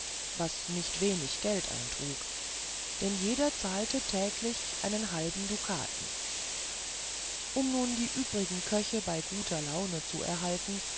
was nicht wenig geld eintrug denn jeder zahlte täglich einen halben dukaten und um die übrigen köche bei guter laune zu erhalten